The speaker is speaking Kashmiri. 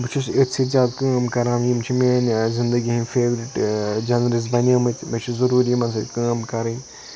بہٕ چھُس أتھۍ سۭتۍ زیادٕ کٲم کَران یِم چھِ میٲنۍ زِندگی ہٕنٛدۍ فیورِٹ جَنرِس بَنیمٕتۍ مےٚ چھُ ضروٗری یِمَن سۭتۍ کٲم کَرٕنۍ